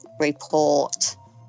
report